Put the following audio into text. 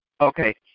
Okay